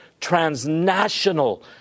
transnational